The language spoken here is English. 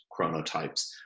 chronotypes